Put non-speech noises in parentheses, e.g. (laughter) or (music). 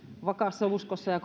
vakaassa uskossa ja (unintelligible)